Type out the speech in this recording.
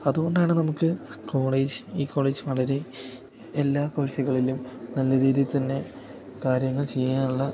അതുകൊണ്ടാണ് നമുക്ക് കോളേജ് ഈ കോളേജ് വളരെ എല്ലാ കോഴ്സുകളിലും നല്ല രീതിയിൽ തന്നെ കാര്യങ്ങൾ ചെയ്യാനുള്ള